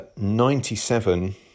97